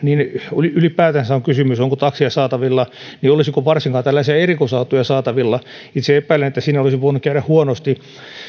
niin ylipäätänsä kun on kysymys siitä onko taksia saatavilla niin olisiko varsinkaan tällaisia erikoisautoja saatavilla itse epäilen että siinä olisi voinut käydä huonosti